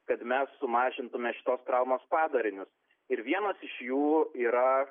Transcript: kad mes sumažintume šitos traumos padarinius ir vienas iš jų yra